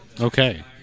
Okay